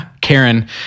Karen